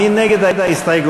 מי נגד ההסתייגות?